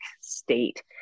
state